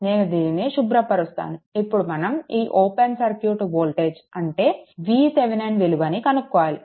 నేను దీనిని శుభ్రపరుస్తాను ఇప్పుడు మనం ఈ ఓపెన్ సర్క్యూట్ వోల్టేజ్ అంటే VThevenin విలువను కనుక్కోవాలి